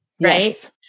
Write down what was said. right